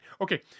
Okay